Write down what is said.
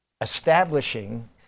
Establishing